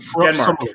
Denmark